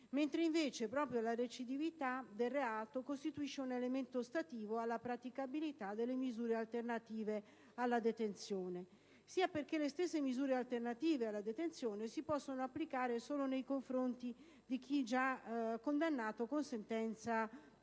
mentre proprio la recidività del reato costituisce un elemento ostativo alla praticabilità delle misure alternative alla detenzione; inoltre, perché le stesse misure alternative alla detenzione si possono applicare solo nei confronti di chi già è condannato con sentenza definitiva